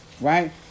Right